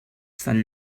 sant